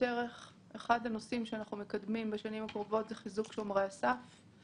אחד הנושאים שרשות ניירות ערך מקדמת בשנים הקרובות זה חיזוק שומרי הסף.